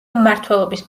მმართველობის